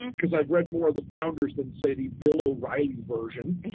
because i've read more of the founders than, say, the bill o'reilly version.